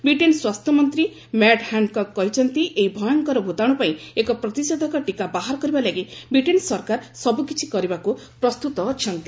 Britain ସ୍ୱାସ୍ଥ୍ୟ ମନ୍ତ୍ରୀ Matt Hancock କହିଛନ୍ତି ଏହି ଭୟଙ୍କର ଭୂତାଣୁ ପାଇଁ ଏକ ପ୍ରତିଷେଧକ ଟିକା ବାହାର କରିବା ଲାଗି ବ୍ରିଟେନ୍ ସରକାର ସବୁକିଛି କରିବାକୁ ପ୍ରସ୍ତୁତ ଅଛନ୍ତି